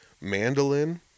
mandolin